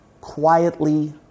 quietly